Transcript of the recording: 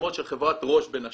המפורסמות של חברת רוש, בין השאר,